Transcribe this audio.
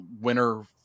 winner